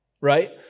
right